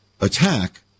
attack